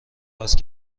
وصل